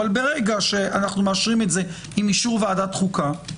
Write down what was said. אבל ברגע שאנחנו מאשרים את זה עם אישור ועדת החוקה,